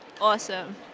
Awesome